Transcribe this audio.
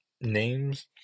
names